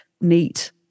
neat